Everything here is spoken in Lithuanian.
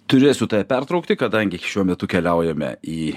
turėsiu tave pertraukti kadangi šiuo metu keliaujame į